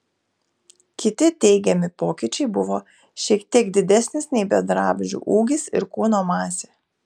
kiti teigiami pokyčiai buvo šiek tiek didesnis nei bendraamžių ūgis ir kūno masė